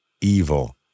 evil